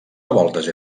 revoltes